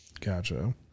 gotcha